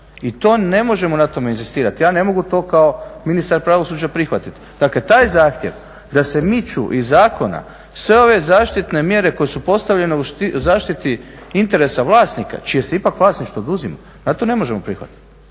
na tome ne možemo inzistirati, ja ne mogu to kao ministar pravosuđa prihvatiti. Dakle, taj zahtjev da se miču iz zakona sve ove zaštitne mjere koje su postavljene u zaštiti interesa vlasnika čije se ipak vlasništvo oduzima, na to ne možemo pristati.